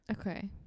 Okay